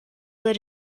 that